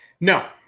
No